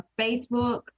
Facebook